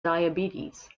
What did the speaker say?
diabetes